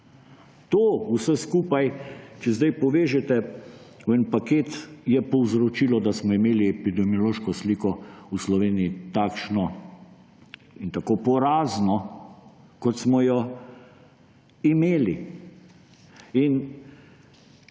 če vse skupaj zdaj povežete v en paket, je povzročilo, da smo imeli epidemiološko sliko v Sloveniji takšno in tako porazno, kot smo jo imeli.